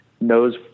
knows